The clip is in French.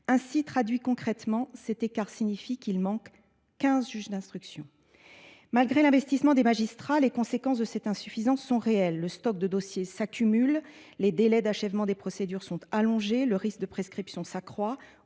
France… Traduit concrètement, cet écart signifie qu’il manque quinze juges d’instruction. Malgré l’investissement des magistrats, les conséquences de cette insuffisance sont réelles. Le stock de dossiers augmente, les délais d’achèvement des procédures sont allongés, le risque de prescription s’accroît.